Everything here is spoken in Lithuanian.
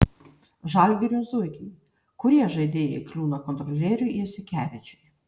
žalgirio zuikiai kurie žaidėjai kliūna kontrolieriui jasikevičiui